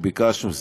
או ביקשנו,